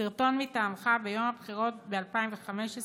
סרטון מטעמך ביום הבחירות ב-2015,